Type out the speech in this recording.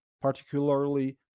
particularly